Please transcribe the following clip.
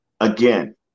Again